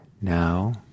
now